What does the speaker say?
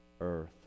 earth